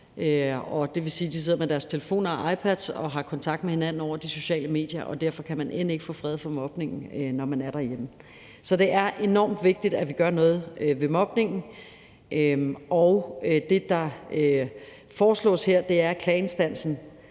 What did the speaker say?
Det vil sige, at de sidder med deres telefoner og iPads og har kontakt med hinanden over de sociale medier, og derfor kan man end ikke få fred for mobningen, når man er derhjemme. Så det er enormt vigtigt, at vi gør noget ved mobningen. Det, der foreslås her, er, at klageinstansen